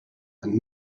and